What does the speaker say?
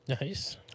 Nice